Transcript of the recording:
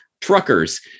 Truckers